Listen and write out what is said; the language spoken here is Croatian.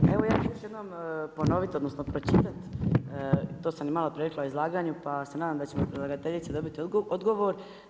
Pa evo ja ću još jednom ponoviti odnosno pročitati to sam i malo prije rekla u izlaganju pa se nadam da ćemo od predlagateljice dobiti odgovor.